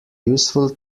useful